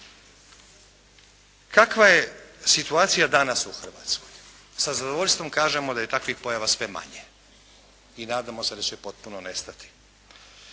Kakva je situacija danas u Hrvatskoj? Sa zadovoljstvom kažemo da je takvih pojava sve manje i nadamo se da će potpuno nestati